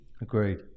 Agreed